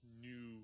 new